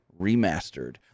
Remastered